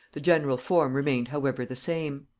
the general form remained however the same.